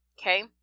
Okay